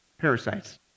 Parasites